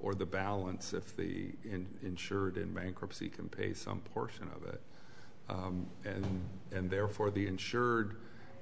or the balance if the insured in bankruptcy can pay some portion of it and and therefore the insured